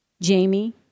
Jamie